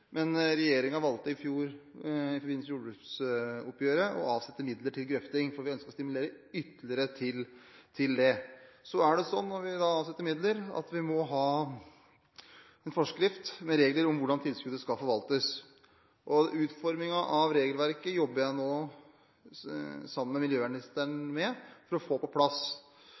men regjeringen valgte i fjor – i forbindelse med jordbruksoppgjøret – å avsette midler til grøfting, for vi ønsket å stimulere ytterligere til det. Det er slik at når vi avsetter midler, må vi ha en forskrift med regler om hvordan tilskuddet skal forvaltes. Utformingen av regelverket jobber jeg nå sammen med miljøvernministeren med å få plass.